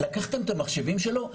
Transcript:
לקחתם את המחשבים שלו?